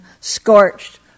scorched